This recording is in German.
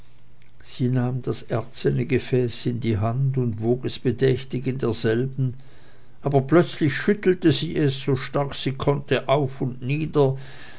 das erzene gefäß in die hand und wog es bedächtig in derselben aber plötzlich schüttelte sie es so stark sie konnte auf und nieder